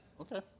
Okay